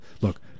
Look